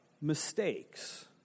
mistakes